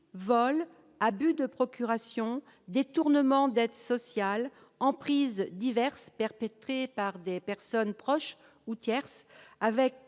vols, abus de procuration, détournements d'aides sociales et emprises diverses perpétrés par des personnes proches ou tierces, avec